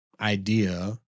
idea